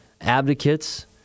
advocates